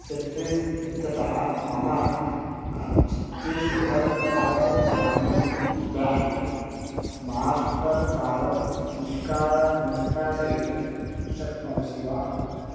सिट्रीस् इत्यतः मम छत्तीस्घर् राज्यं ग्रामिन् ब्याङ्क् स्माश्टर् कार्ड् निष्कास्य निष्कासयितुं शक्नोषि वा